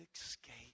escape